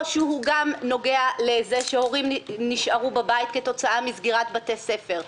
או שהוא גם נוגע לזה שהורים נשארו בבית כתוצאה מסגירת בתי ספר,